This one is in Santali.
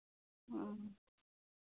ᱚ